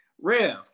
Rev